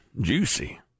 Juicy